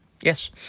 Yes